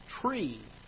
tree